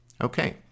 Okay